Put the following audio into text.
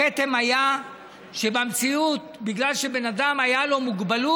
הכתם היה שבמציאות, בגלל שלאדם הייתה מוגבלות,